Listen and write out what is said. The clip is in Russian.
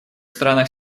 странах